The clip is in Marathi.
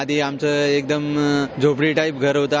आधी आमचं एकदम झोपडीटाईप घर होतं